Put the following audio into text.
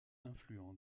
influent